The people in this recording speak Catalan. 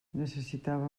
necessitava